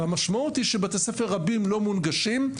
והמשמעות היא שבתי ספר רבים לא מונגשים.